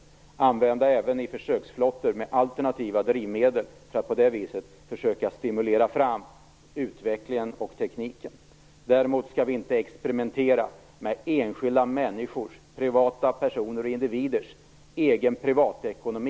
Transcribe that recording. Man kan även i försök använda alternativa drivmedel för att på det viset försöka stimulera utvecklingen och tekniken. Däremot skall vi inte experimentera med enskilda människors, privata personers och individers egen privatekonomi.